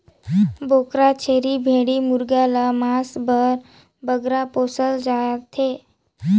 बोकरा, छेरी, भेंड़ी मुरगा ल मांस बर बगरा पोसल जाथे